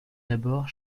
d’abord